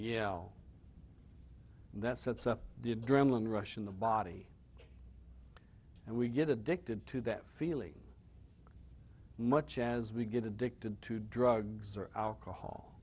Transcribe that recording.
yell that sets up the adrenaline rush in the body and we get addicted to that feeling much as we get addicted to drugs or